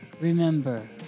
remember